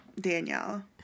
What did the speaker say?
Danielle